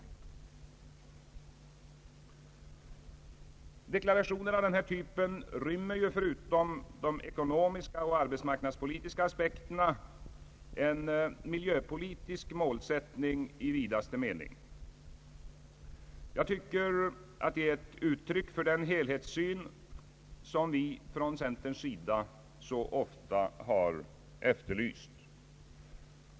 Deklarationer av denna typ rymmer ju förutom de ekonomiska och arbetsmarknadspolitiska aspekterna en miljöpolitisk målsättning i vidaste mening. Jag tycker att det är ett uttryck för den helhetssyn, som vi från centerns sida så ofta har efterlyst.